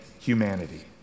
humanity